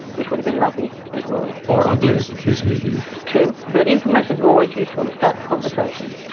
which would have been lovely as well. or ugly, as the case may be. true. but information is always useful to start the conversation.